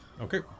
Okay